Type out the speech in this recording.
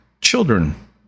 children